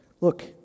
Look